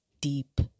deep